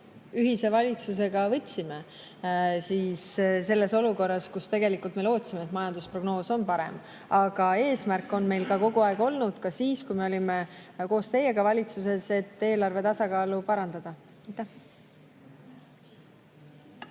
ühise valitsusega võtsime olukorras, kus tegelikult me lootsime, et majandusprognoos on parem. Aga eesmärk oli meil kogu aeg ka siis, kui me olime koos teiega valitsuses, eelarve tasakaalu parandada.